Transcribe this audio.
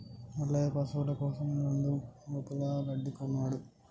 మల్లయ్య పశువుల కోసం రెండు మోపుల గడ్డి కొన్నడు